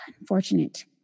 Unfortunate